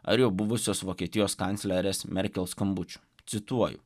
ar jau buvusios vokietijos kanclerės merkel skambučių cituoju